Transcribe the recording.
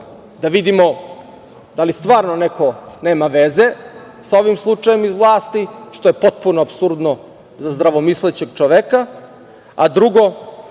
da vidimo da li stvarno neko nema veze sa ovim slučajem iz vlasti, što je potpuno apsurdno za zdravomislećeg čoveka, a drugo